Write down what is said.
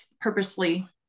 purposely